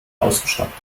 ausgestattet